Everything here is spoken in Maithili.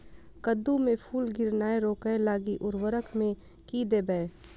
कद्दू मे फूल गिरनाय रोकय लागि उर्वरक मे की देबै?